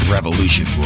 Revolution